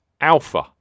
Alpha